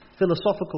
Philosophical